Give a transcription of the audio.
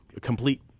complete